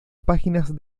páginas